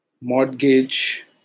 mortgage